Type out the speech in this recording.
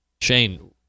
Shane